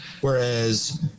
whereas